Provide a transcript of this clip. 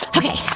ok.